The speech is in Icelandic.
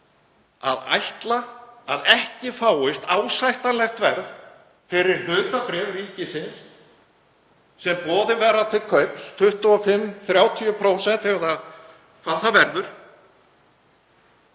að ekki fáist ásættanlegt verð fyrir hlutabréf ríkisins sem boðin verða til kaups, 25–30%, eða hvað það verður,